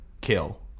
kill